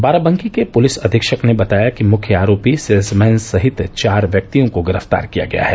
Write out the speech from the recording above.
बाराबंकी के पुलिस अधीक्षक ने बताया मुख्य आरोपी सेल्समैन सहित चार व्यक्तियों को गिरफ्तार किया गया है